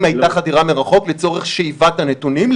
אם הייתה חדירה מרחוק לצורך שאיבת הנתונים,